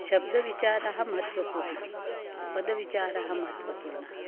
शब्दविचारः महत्त्वपूर्णः पदविचारः महत्त्वपूर्णः